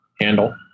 handle